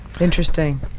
interesting